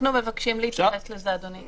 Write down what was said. אנחנו מבקשים להתייחס לזה, אדוני.